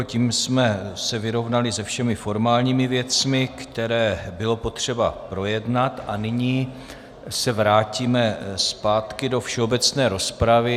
Tím jsme se vyrovnali se všemi formálními věcmi, které bylo potřeba projednat, a nyní se vrátíme zpátky do všeobecné rozpravy.